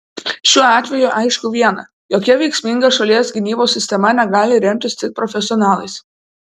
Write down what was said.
šiuo atveju aišku viena jokia veiksminga šalies gynybos sistema negali remtis tik profesionalais